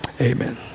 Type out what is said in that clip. Amen